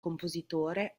compositore